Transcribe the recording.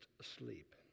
asleep